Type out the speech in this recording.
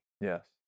Yes